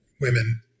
women